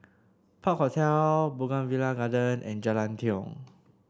Park Hotel Bougainvillea Garden and Jalan Tiong